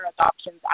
adoptions